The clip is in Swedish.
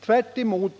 Tvärtom